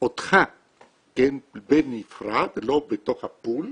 אותך בנפרד, לא בתוך הפול,